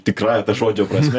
tikrąja ta žodžio prasme